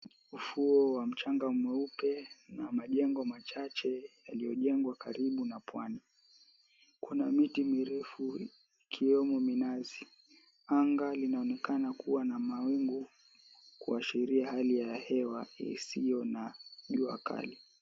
Ufuo wa mchanga mweupe na majengo machache yaliyojengwa karibu na pwani kuna miti mirefu ikiwemo minazi, anga linaonekana kuwa na mawingu kuashiria hali ya hewa isiyo na jua kali.